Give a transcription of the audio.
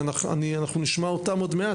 ואנחנו נשמע אותם עוד מעט.